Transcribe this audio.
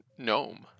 gnome